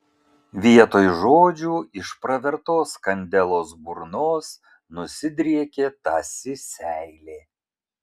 vietoj žodžių iš pravertos kandelos burnos nusidriekė tąsi seilė